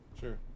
Sure